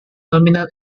nominal